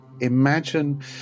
Imagine